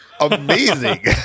amazing